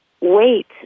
wait